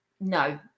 No